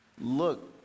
look